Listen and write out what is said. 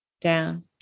down